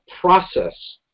process